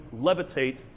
levitate